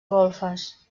golfes